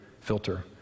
Filter